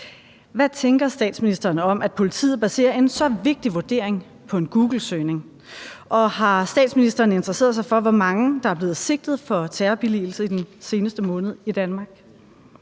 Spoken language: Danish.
Hvad tænker ministeren om, at politiet baserer en så vigtig vurdering på en googlesøgning, og har statsministeren interesseret sig for, hvor mange der er blevet sigtet for terrorbilligelse i den seneste måned i Danmark?